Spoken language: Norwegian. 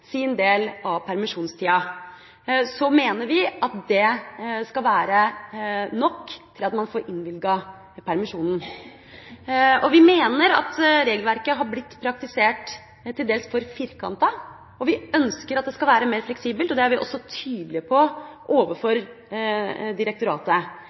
sin del av permisjonstida, så mener vi at det skal være nok til at man får innvilget permisjonen. Vi mener at regelverket har blitt praktisert til dels for firkantet, vi ønsker at det skal være mer fleksibelt, og det er vi også tydelige på